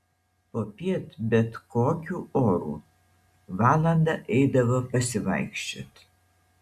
popiet bet kokiu oru valandą eidavo pasivaikščioti